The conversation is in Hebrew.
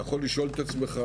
אתה יכול לשאול את עצמך,